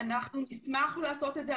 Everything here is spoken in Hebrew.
אנחנו נשמח לעשות את זה,